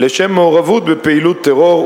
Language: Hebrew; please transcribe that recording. לשם מעורבות בפעילות טרור,